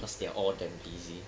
cause they are all damn busy